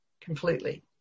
completely